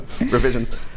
revisions